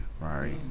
Right